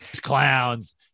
clowns